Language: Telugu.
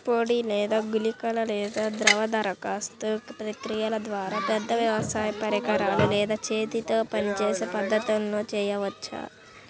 పొడి లేదా గుళికల లేదా ద్రవ దరఖాస్తు ప్రక్రియల ద్వారా, పెద్ద వ్యవసాయ పరికరాలు లేదా చేతితో పనిచేసే పద్ధతులను చేయవచ్చా?